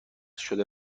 شده